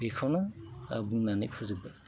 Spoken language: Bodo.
बेखौनो बुंनानै फोजोब्बाय